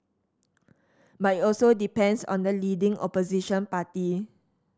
but it also depends on the leading Opposition party